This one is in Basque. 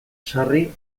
sarri